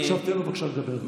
עכשיו תן לו בבקשה לדבר.